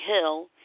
Hill